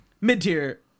Mid-tier